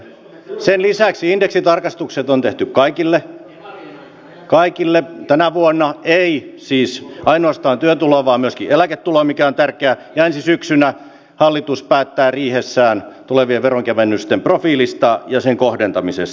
sen lisäksi indeksitarkistukset on tehty kaikille tänä vuonna ei siis ainoastaan työtuloon vaan myöskin eläketuloon mikä on tärkeää ja ensi syksynä hallitus päättää riihessään tulevien veronkevennysten profiilista ja niiden kohdentamisesta